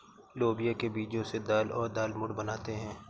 लोबिया के बीजो से दाल और दालमोट बनाते है